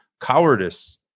cowardice